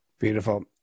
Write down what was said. Beautiful